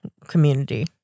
community